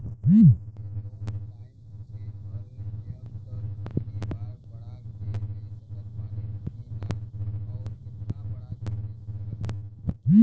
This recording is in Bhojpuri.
ए बेर लोन टाइम से भर देहम त अगिला बार बढ़ा के ले सकत बानी की न आउर केतना बढ़ा के ले सकत बानी?